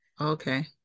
Okay